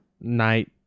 night